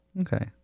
Okay